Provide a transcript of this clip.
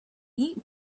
eat